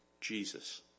Jesus